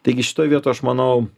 taigi šitoj vietoj aš manau